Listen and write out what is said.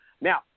now